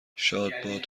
شادباد